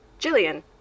Jillian